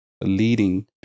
leading